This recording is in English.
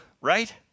right